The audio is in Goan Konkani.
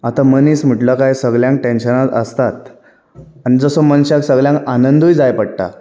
आतां मनीस म्हटलो काय सगल्यांक टॅन्शनां आसतात आनी जसो मनशाक सगल्यांक आनंदूय जाय पडटा